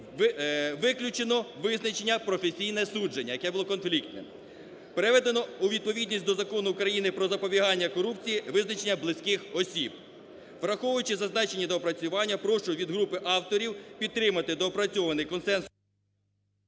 виключено визначення "професійне судження", яке було конфліктним. Приведено у відповідність до Закону України про запобігання корупції визначення "близьких осіб". Враховуючи зазначені доопрацювання, прошу від групи авторів підтримати доопрацьований консенсус...